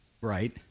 right